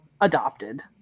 adopted